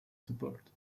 support